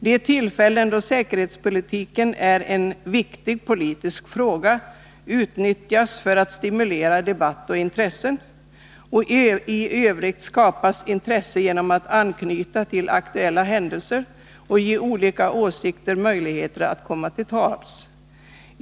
—- De tillfällen då säkerhetspolitiken är en viktig politisk fråga utnyttjas för att stimulera debatt och intresse. — Tövrigt skapas intresse genom att anknyta till aktuella händelser och ge olika åsikter möjligheter att komma till tals.